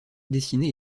dessiner